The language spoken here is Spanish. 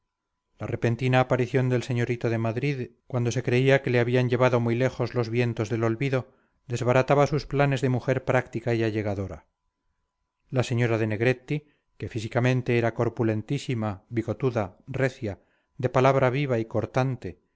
la repentina aparición del señorito de madrid cuando se creía que le habían llevado muy lejos los vientos del olvido desbarataba sus planes de mujer práctica y allegadora la señora de negretti que físicamente era corpulentísima bigotuda recia de palabra viva y cortante